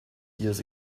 years